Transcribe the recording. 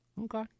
Okay